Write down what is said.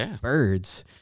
birds